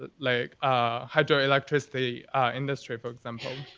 ah like ah hydro electricity industry for example.